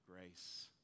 grace